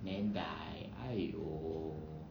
then die !aiyo!